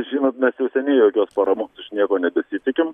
žinot mes jau seniai jokios paramos iš nieko nebesitikim